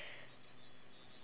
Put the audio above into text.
apa tu